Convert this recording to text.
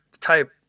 type